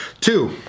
Two